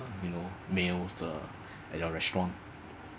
you know meals uh at your restaurant